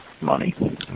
money